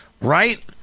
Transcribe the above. Right